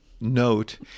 note